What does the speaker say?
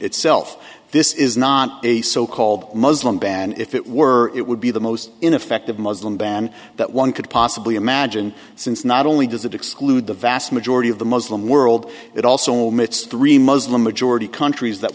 itself this is not a so called muslim band if it were it would be the most ineffective muslim band that one could possibly imagine since not only does it exclude the vast majority of the muslim world it also mit's three muslim majority countries that